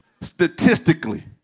Statistically